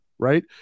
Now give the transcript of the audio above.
Right